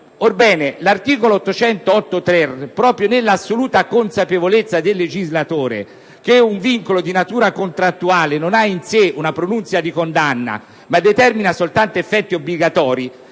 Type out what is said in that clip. Orbene, l'articolo 808-*ter,* proprio nell'assoluta consapevolezza del legislatore che un vincolo di natura contrattuale non ha in sé una pronunzia di condanna ma determina soltanto effetti obbligatori